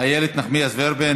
חברת הכנסת איילת נחמיאס ורבין.